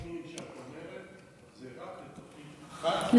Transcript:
הסכומים שאת אומרת זה רק לתוכנית אחת,